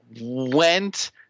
went